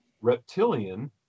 reptilian